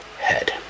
head